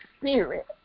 spirit